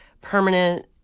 Permanent